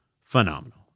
Phenomenal